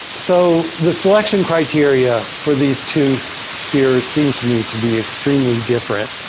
so the selection criteria for these two spheres seem to me to be extremely different.